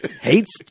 hates